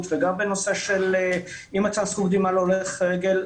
וגם בנושא של אי-מתן זכות קדימה להולך רגל.